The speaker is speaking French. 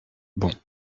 bon